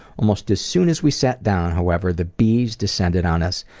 almost as soon as we sat down, however, the bees descended on us,